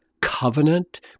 covenant